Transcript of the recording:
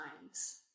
times